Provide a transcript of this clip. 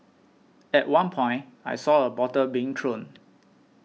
at one point I saw a bottle being thrown